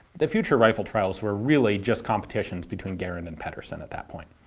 the future rifle trials were really just competitions between garand and pedersen that that point.